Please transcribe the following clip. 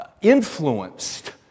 influenced